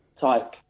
type